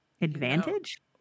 Advantage